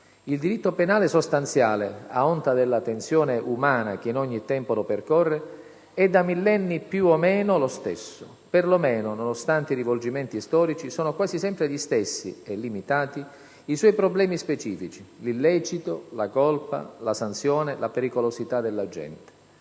«Il diritto penale sostanziale, a onta della tensione umana che in ogni tempo lo percorre, è da millenni più o meno lo stesso. Per lo meno, nonostante i rivolgimenti storici, sono quasi sempre gli stessi - e limitati - i suoi problemi specifici: l'illecito, la colpa, la sanzione, la pericolosità dell'agente».